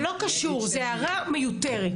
זה לא קשור, זו הערה מיותרת.